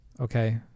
okay